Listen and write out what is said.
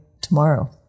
tomorrow